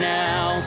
now